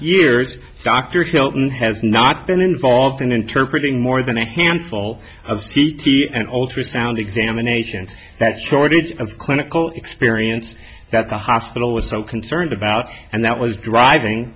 years dr shelton has not been involved in interpret in more than a handful of c t and ultrasound examinations that shortage of clinical experience that the hospital was so concerned about and that was driving